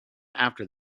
after